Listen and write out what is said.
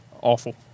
awful